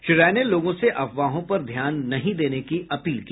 श्री राय ने लोगों से अफवाहों पर ध्यान नहीं देने की अपील की